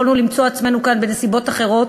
יכולנו למצוא עצמנו כאן בנסיבות אחרות